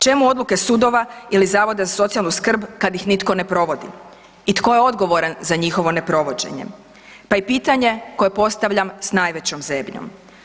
Čemu odluke sudova ili Zavoda za socijalnu skrb kad ih nitko ne provodi i tko je odgovoran za njihovo neprovođenje, pa i pitanje koje postavljam s najvećom zebnjom.